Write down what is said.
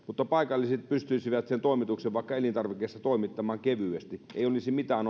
mutta paikalliset pystyisivät sen toimituksen vaikka elintarvikkeissa toimittamaan kevyesti ei olisi mitään